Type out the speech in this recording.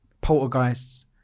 poltergeists